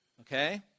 Okay